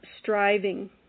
striving